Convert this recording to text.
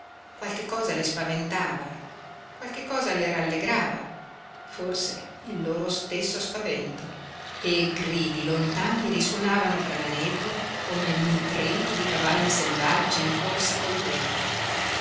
qualche cosa le spaventava qualche cosa le rallegrava forse il loro stesso spavento e gridi lontani risuonavano fra la nebbia come nitriti di cavalli selvaggi in corsa col vento